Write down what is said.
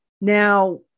Now